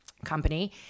company